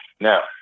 Now